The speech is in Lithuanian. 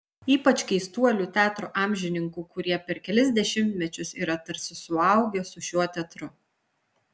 ypač keistuolių teatro amžininkų kurie per kelis dešimtmečius yra tarsi suaugę su šiuo teatru